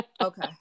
okay